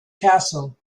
castle